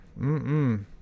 Mm-mm